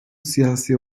siyasi